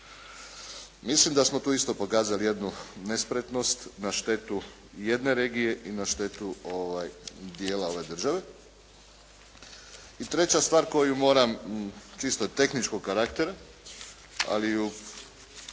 Mislim da smo tu isto pokazali jednu nespretnost na štetu jedne regije i na štetu dijela ove države. I treća stvar koju moram, čisto tehničkog karaktera, ali ju